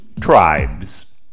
Tribes